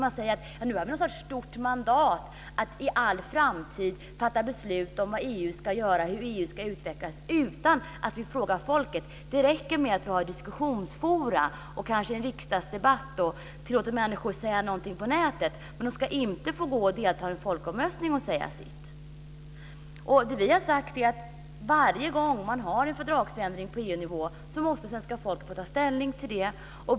Man säger att det nu finns något slags stort mandat för att i all framtid fatta beslut om vad EU ska göra och hur EU ska utvecklas utan att fråga folket. Det räcker med att vi har diskussionsforum, kanske en riksdagsdebatt och låter människor säga något på nätet. Men de ska inte få delta i en folkomröstning och säga sitt. Vi har sagt att varje gång man gör en fördragsändring på EU-nivå måste svenska folket få ta ställning till det.